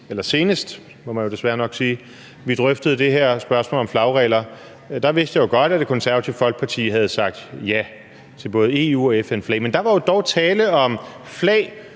eller senest, må jeg jo desværre nok sige – vi drøftede det her spørgsmål om flagregler, vidste jeg jo godt, at Det Konservative Folkeparti havde sagt ja til både EU's flag og FN's flag. Men der var jo dog tale om flag,